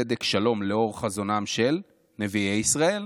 הצדק, השלום, לאור חזונם של נביאי ישראל.